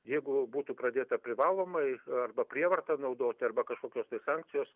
jeigu būtų pradėta privalomai arba prievartą naudoti arba kažkokios tai sankcijos